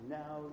now